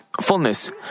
fullness